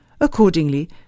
Accordingly